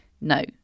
No